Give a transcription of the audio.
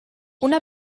una